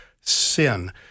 sin